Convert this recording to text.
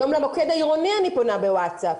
היום למוקד העירוני אני פונה בוואטסאפ.